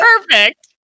Perfect